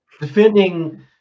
Defending